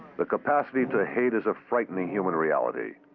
the capacity to hate is a frightening human reality.